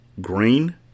Green